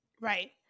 Right